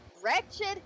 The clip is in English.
wretched